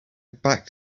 back